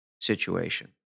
situation